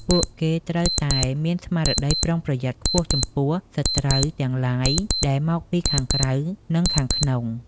ពួកគេត្រូវតែមានស្មារតីប្រុងប្រយ័ត្នខ្ពស់ចំពោះ «សត្រូវ» ទាំងឡាយដែលមកពីខាងក្រៅ និងខាងក្នុង។